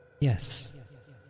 Yes